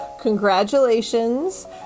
congratulations